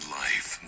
life